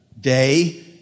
day